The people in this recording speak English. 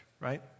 right